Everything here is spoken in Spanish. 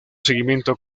seguimiento